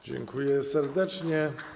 Dziękuję serdecznie.